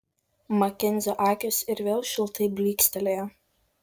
makenzio akys ir vėl šiltai blykstelėjo